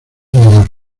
menor